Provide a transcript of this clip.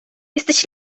jesteś